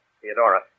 Theodora